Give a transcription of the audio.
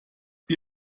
die